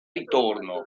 ritorno